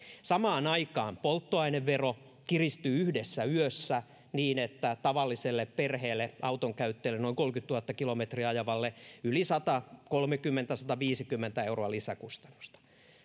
samaan aikaan polttoainevero kiristyy yhdessä yössä niin että tavalliselle perheelle auton käyttäjille noin kolmekymmentätuhatta kilometriä ajavalle tulee yli satakolmekymmentä viiva sataviisikymmentä euroa lisäkustannusta